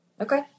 Okay